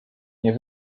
nie